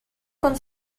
con